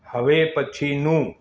હવે પછીનું